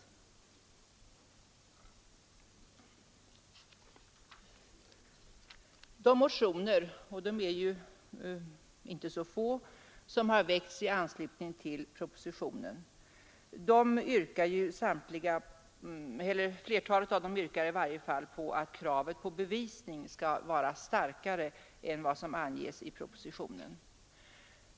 I flertalet av de motioner — och de är ju inte så få — som har väckts i anslutning till propositionen yrkas att kravet på bevisning skall vara starkare än vad som anges i propositionen.